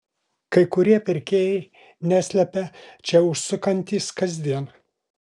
kai kurie pirkėjai neslepia čia užsukantys kasdien